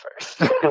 first